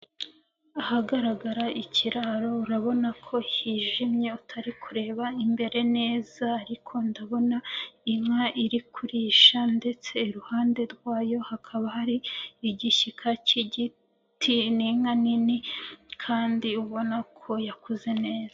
Ahagaragara ikiraro, urabona ko hijimye utari kureba imbere neza ariko ndabona inka iri kurisha ndetse iruhande rwayo hakaba hari igishyika cy'igiti, ni inka nini kandi ubona ko yakuze neza.